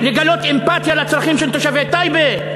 לגלות אמפתיה לצרכים של תושבי טייבה?